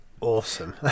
awesome